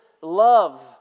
love